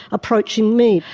approaching me.